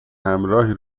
همراهی